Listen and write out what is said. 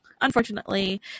unfortunately